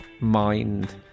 mind